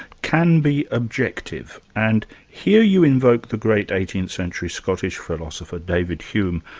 can be objective. and here you invoke the great eighteenth century scottish philosopher, david hume.